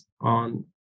on